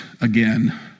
again